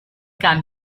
can